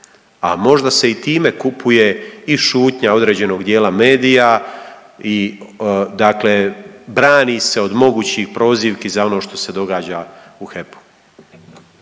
A možda se i time kupuje i šutnja određenog dijela medija? I dakle brani se od mogućih prozivki za ono što se događa u HEP-u.